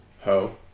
Ho